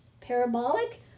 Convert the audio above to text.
parabolic